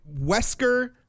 Wesker